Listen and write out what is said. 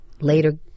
later